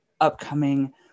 upcoming